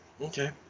Okay